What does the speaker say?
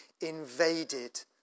invaded